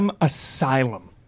Asylum